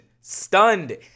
stunned